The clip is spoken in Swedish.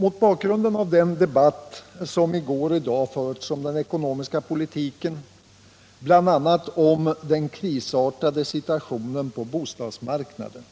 Mot bakgrunden av den debatt som i går och i dag förts om den ekonomiska politiken, bl.a. om den krisartade situationen på bostadsmarknaden,